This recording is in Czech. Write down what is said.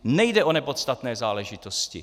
Nejde o nepodstatné záležitosti!